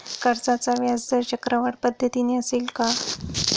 कर्जाचा व्याजदर चक्रवाढ पद्धतीने असेल का?